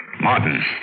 Martin